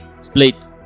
Split